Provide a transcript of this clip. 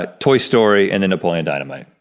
ah toy story, and then napoleon dynamite.